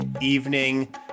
evening